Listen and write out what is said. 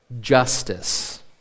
justice